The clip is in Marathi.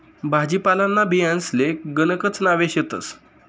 भाजीपालांना बियांसले गणकच नावे शेतस